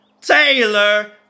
Taylor